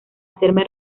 hacerme